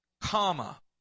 comma